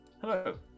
Hello